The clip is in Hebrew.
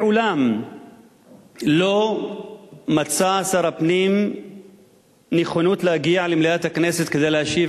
מעולם לא מצא שר הפנים נכונות להגיע למליאת הכנסת כדי להשיב